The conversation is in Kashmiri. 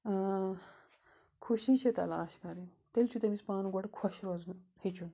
خوشی چھے تَلاش کَرٕنۍ تیٚلہِ چھُ تٔمِس پانہٕ گۄڈٕ خۄش روزُن ہیٚچھُن